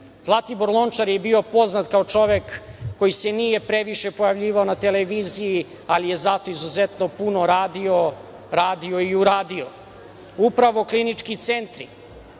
Zlatibor Lončar je bio poznat kao čovek koji se nije previše pojavljivao na televiziji, ali je zato izuzetno puno radio i uradio. Upravo klinički centri